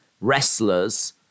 wrestlers